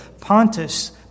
Pontus